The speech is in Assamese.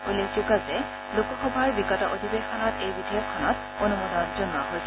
উল্লেখযোগ্য যে লোকসভাৰ বিগত অধিবেশনত এই বিধেয়কখনত অনুমোদন জনোৱা হৈছিল